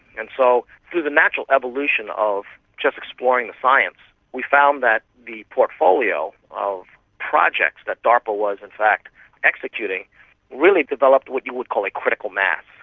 and so through the natural evolution of just exploring the science we found that the portfolio of projects that darpa was in fact executing really developed what you would call a critical mass.